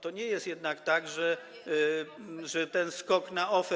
To nie jest jednak tak, że ten skok na OFE.